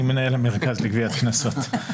אני מנהל המרכז לגביית קנסות.